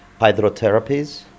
hydrotherapies